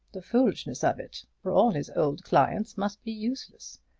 the foolishness of it for all his old clients must be useless!